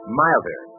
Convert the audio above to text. milder